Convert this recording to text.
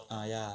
ah ya